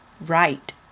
right